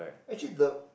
actually the